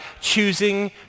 choosing